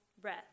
breath